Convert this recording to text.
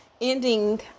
ending